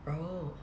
oh